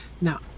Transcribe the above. now